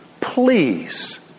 please